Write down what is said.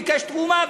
ביקש תרומה,